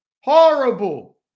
horrible